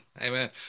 Amen